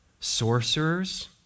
sorcerers